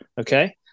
Okay